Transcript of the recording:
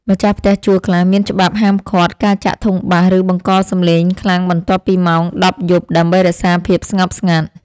ម្ចាស់ផ្ទះជួលខ្លះមានច្បាប់ហាមឃាត់ការចាក់ធុងបាសឬបង្កសំឡេងខ្លាំងបន្ទាប់ពីម៉ោងដប់យប់ដើម្បីរក្សាភាពស្ងប់ស្ងាត់។